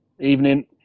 Evening